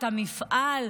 את המפעל.